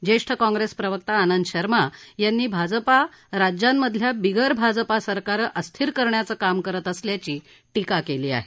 ज्येष्ठ काँग्रेस प्रवक्ता आंनद शर्मा यांनी भाजपा पक्ष राज्यांमधील बिगर भाजपा सरकारं अस्थिर करण्याचं काम करत असल्याची टिका केली आहे